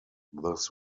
this